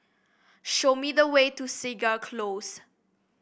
show me the way to Segar Close